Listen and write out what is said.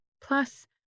plus